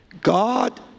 God